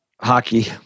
Hockey